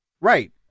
Right